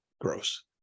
Gross